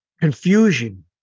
confusion